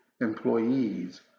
employees